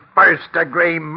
first-degree